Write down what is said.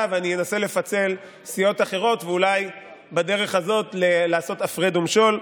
ואנסה לפצל סיעות אחרות ואולי בדרך הזאת לעשות הפרד ומשול.